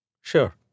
Sure